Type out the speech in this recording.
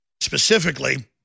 specifically